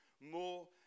more